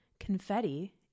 confetti